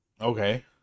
Okay